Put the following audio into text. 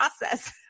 process